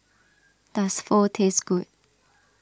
does Pho taste good